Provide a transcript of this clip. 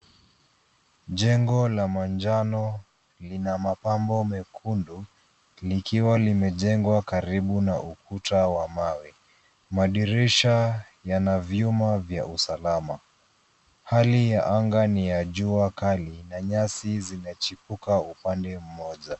Jengo la manjano lina mapambo mekundu, likiwa limejengwa karibu na ukuta wa mawe. Madirisha yana vyuma vya usalama. Hali ya anga ni ya jua kali, na nyasi zimechipuka upande mmoja.